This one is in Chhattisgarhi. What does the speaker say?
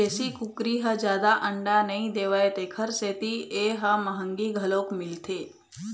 देशी कुकरी ह जादा अंडा नइ देवय तेखर सेती ए ह मंहगी घलोक मिलथे